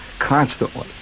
constantly